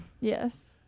Yes